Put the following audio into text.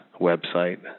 website